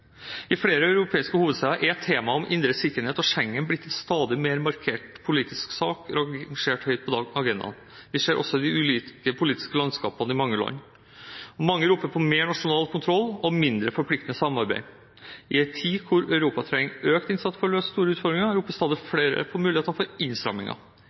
I flere europeiske hovedsteder er temaet om indre sikkerhet og Schengen blitt en stadig mer markert politisk sak og er rangert høyt på agendaen, det ser vi også i de ulike politiske landskapene i mange land, og mange roper på mer nasjonal kontroll og mindre forpliktende samarbeid. I en tid da Europa trenger økt innsats for å løse store utfordringer, roper stadig flere på muligheter for innstramminger.